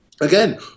again